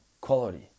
quality